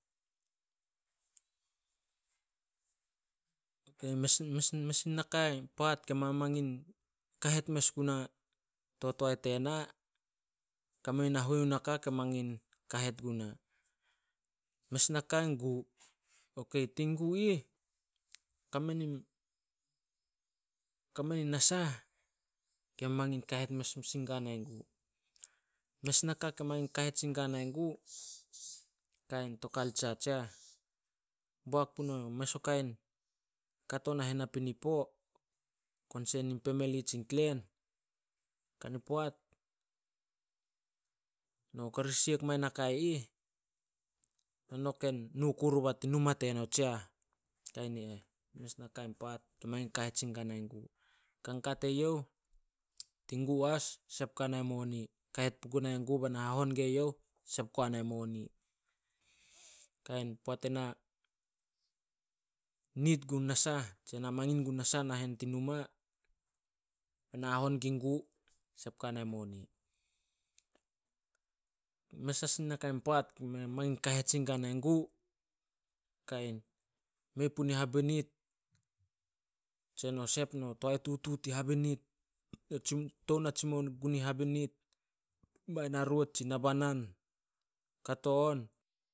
in nakai paat ke mangin kahet guna to toae tena. Kame nin nahuenu naka ke mangin kahet guna. Mes naka in gu. Okei, tin gu ih, kame nin nasah ke mangin kahet sin guana in gu. Mes naka ke mangin kahet sin gana in gu, kain to kaltsa tsiah. Boak puno mes o kain kato nahen na pinipo, konsen nin pemeli tsin klen. Kani poat no karisiek mai nakai ih, no ken nuku riba numa teno, tsiah. Kain ni eh mes naka pat ke mangin kahet sin guana in gu. Kan ka te youh, tin gu as, sep guana in moni. Kahet puguna in gu bena hahon gue youh, sep guana in moni. Kain poat ena nid gun nasah, tse na mangin gun nasah nahen tin numa, na hahon guin gu, sep guanai moni. Mes as nakai paat ke mangin kahet sin gua nai gu, mei punin habinit, tse no sep no toae tutu tin habinit, tou na tsimou gun habinit, bai naroot tsi nabanan kato on